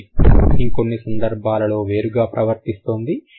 ఇంకొన్ని సందర్భాలలో వేరుగా ప్రవర్తిస్తుంది